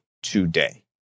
Today